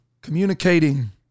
communicating